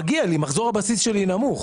אז מגיע לי, מחזור הבסיס שלי נמוך.